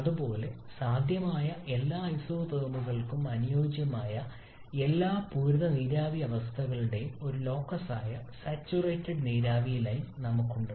അതുപോലെ സാധ്യമായ എല്ലാ ഐസോതെർമുകൾക്കും അനുയോജ്യമായ എല്ലാ പൂരിത നീരാവി അവസ്ഥകളുടെയും ഒരു ലോക്കസായ സാച്ചുറേറ്റഡ് നീരാവി ലൈൻ നമുക്കുണ്ട്